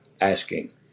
asking